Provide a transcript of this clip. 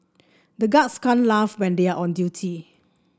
the guards can't laugh when they are on duty